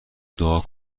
دعا